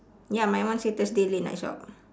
ya my one say thursday late night shop